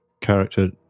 character